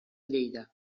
lleida